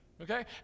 Okay